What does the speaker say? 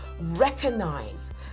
recognize